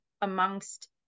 amongst